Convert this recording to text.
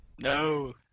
No